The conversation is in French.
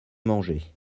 manger